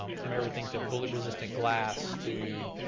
um from everything to bullet-resistant glass to,